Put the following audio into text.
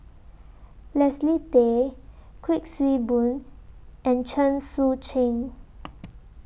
Leslie Tay Kuik Swee Boon and Chen Sucheng